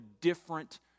different